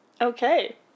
Okay